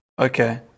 Okay